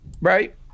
Right